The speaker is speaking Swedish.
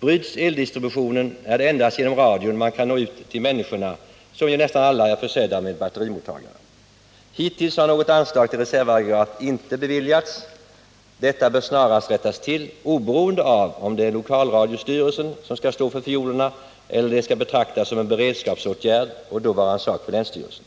Bryts eldistributionen, är det endast genom radion man kan nå ut till människorna som nästan alla ju har batterimottagare. Hittills har något anslag till reservaggregat inte beviljats. Detta bör snarast rättas till, oberoende av om det är lokalradiostyrelsen som skall stå för fiolerna eller om det skall betraktas som en beredskapsåtgärd och då vara en sak för länsstyrelsen.